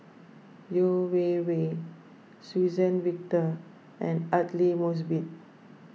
Yeo Wei Wei Suzann Victor and Aidli Mosbit